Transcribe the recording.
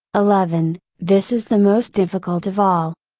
eleven this is the most difficult of all.